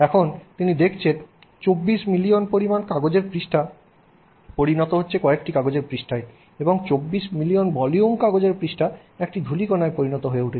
এখন তিনি দেখছেন 24 মিলিয়ন পরিমাণ কাগজের পৃষ্ঠা পরিণত হচ্ছে কয়েকটি কাগজের পৃষ্ঠায় এবং 24 মিলিয়ন ভলিউম কাগজের পৃষ্ঠা একটি ধূলিকণায় পরিণত হয়ে উঠছে